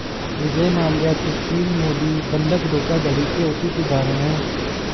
विजय माल्या सुशील मोदी बंधक धोखाधड़ी के उचित उदाहरण है